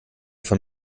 von